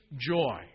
joy